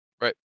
Right